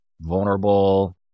vulnerable